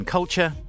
Culture